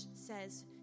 says